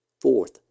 Fourth